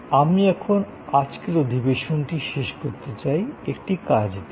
আমি এখন আজকের সেশনটি শেষ করতে চাই একটি কাজ দিয়ে